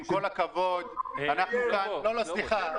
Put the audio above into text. עם כל הכבוד -------- סליחה,